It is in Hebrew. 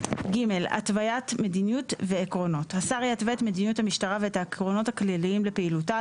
8ג. השר יתווה את מדיניות המשטרה ואת העקרונות הכלליים לפעילותה,